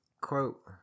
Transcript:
quote